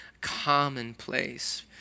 commonplace